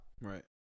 right